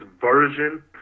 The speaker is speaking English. version